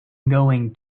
going